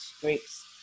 groups